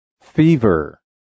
fever